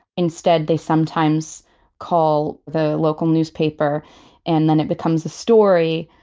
instead they sometimes call the local newspaper and then it becomes a story.